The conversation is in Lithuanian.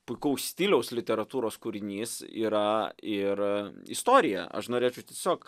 puikaus stiliaus literatūros kūrinys yra ir istorija aš norėčiau tiesiog